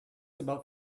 about